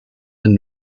and